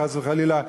חס וחלילה,